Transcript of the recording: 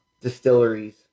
distilleries